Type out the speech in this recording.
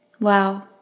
Wow